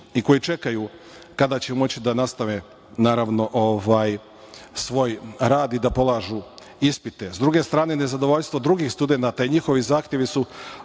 i koji čekaju kada će moći da nastave svoj rad i da polažu ispite.S druge strane, nezadovoljstvo drugih studenata i njihovi zahtevi su